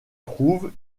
trouve